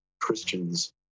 Christians